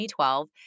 2012